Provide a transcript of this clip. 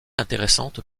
intéressante